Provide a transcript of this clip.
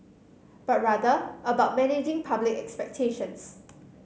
but rather about managing public expectations